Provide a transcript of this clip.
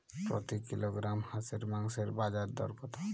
প্রতি কিলোগ্রাম হাঁসের মাংসের বাজার দর কত?